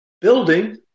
building